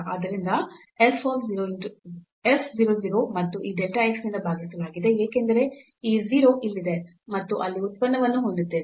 ಆದ್ದರಿಂದ f 0 0 ಮತ್ತು ಈ delta x ನಿಂದ ಭಾಗಿಸಲಾಗಿದೆ ಏಕೆಂದರೆ ಈ 0 ಇಲ್ಲಿದೆ ಮತ್ತು ಅಲ್ಲಿ ಉತ್ಪನ್ನವನ್ನು ಹೊಂದಿದ್ದೇವೆ